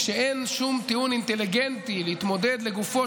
כשאין שום טיעון אינטליגנטי להתמודד לגופו